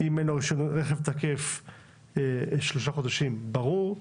אם אין לו רישיון רכב תקף במשך שלושה חודשים זה ברור.